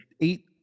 eight